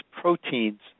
proteins